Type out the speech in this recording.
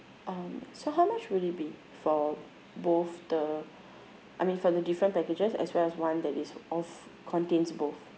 um so how much would it be for both the I mean for the different packages as well as one that is of contains both